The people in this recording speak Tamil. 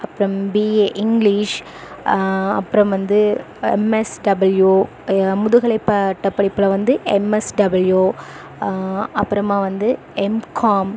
அப்புறம் பிஏ இங்கிலீஷ் அப்புறம் வந்து எம்எஸ் டபுள்யூ முதுகலை பட்ட படிப்பில் வந்து எம்எஸ் டபுள்யூ அப்புறமா வந்து எம்காம்